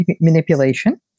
manipulation